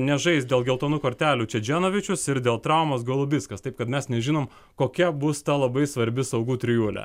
nežais dėl geltonų kortelių čadženovičius ir dėl traumos golubickas taip kad mes nežinom kokia bus ta labai svarbi saugų trijulė